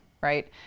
right